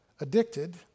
addicted